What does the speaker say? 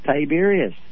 Tiberius